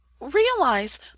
realize